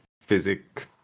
physics